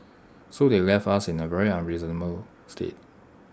so they left us in A very unreasonable state